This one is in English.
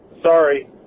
Sorry